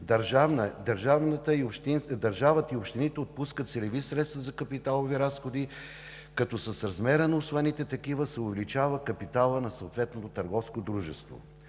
държавата и общините отпускат целеви средства за капиталови разходи, като с размера на усвоените такива се увеличава капиталът на съответното търговско дружество.